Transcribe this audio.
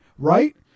Right